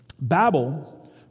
Babel